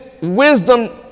wisdom